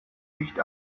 nicht